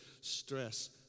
stress